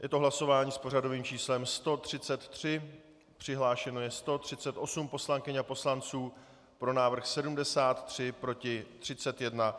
Je to hlasování s pořadovým číslem 133, přihlášeno je 138 poslankyň a poslanců, pro návrh 73, proti 31.